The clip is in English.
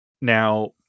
Now